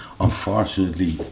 unfortunately